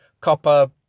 copper